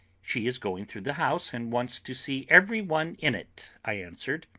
she is going through the house, and wants to see every one in it, i answered.